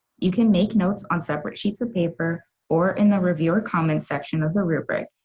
you can make notes on separate sheets of paper or in the reviewer comments section of the rubric,